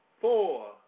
four